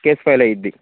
case file అవుతుంది